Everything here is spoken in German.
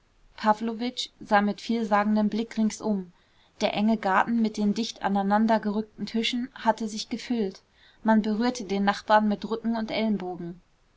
sah mit vielsagendem blick ringsum der enge garten mit den dicht aneinander gerückten tischen hatte sich gefüllt man berührte den nachbarn mit rücken und ellenbogen